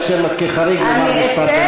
אני אאפשר לך כחריג לומר משפט במרוקאית.